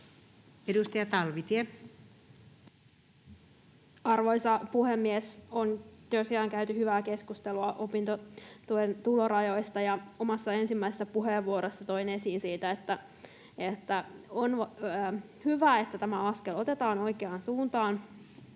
Content: Arvoisa puhemies! Tosiaan on käyty hyvää keskustelua opintotuen tulorajoista. Omassa ensimmäisessä puheenvuorossani toin esiin sen, että on hyvä, että tämä askel otetaan oikeaan suuntaan.